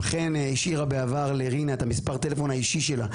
גם חן השאירה בעבר לרינה את מספר הטלפון האישי שלה.